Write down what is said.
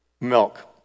milk